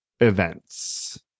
Events